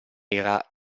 era